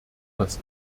das